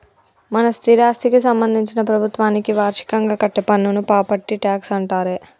మన స్థిరాస్థికి సంబందించిన ప్రభుత్వానికి వార్షికంగా కట్టే పన్నును ప్రాపట్టి ట్యాక్స్ అంటారే